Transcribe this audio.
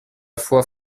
fois